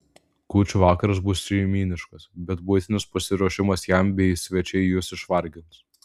kūčių vakaras bus šeimyniškas bet buitinis pasiruošimas jam bei svečiai jus išvargins